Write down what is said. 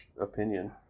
opinion